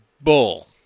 bull